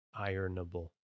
ironable